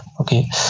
okay